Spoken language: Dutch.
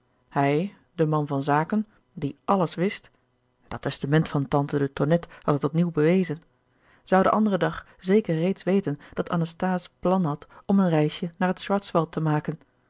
hij de man van zaken die alles wist dat testament van tante de tonnette had het op nieuw bewezen zou den anderen dag zeker reeds weten dat anathase plan had om een reisje naar het schwarzwald te maken